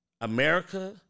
America